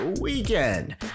weekend